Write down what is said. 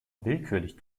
willkürlich